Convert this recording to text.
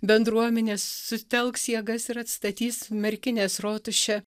bendruomenės sutelks jėgas ir atstatys merkinės rotušę